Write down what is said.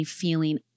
feeling